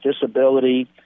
disability